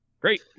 Great